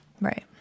right